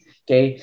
okay